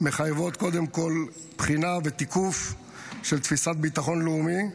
מחייבות קודם כול בחינה ותיקוף של תפיסת ביטחון לאומי,